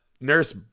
nurse